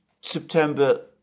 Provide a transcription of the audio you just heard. September